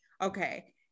okay